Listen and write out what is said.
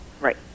Right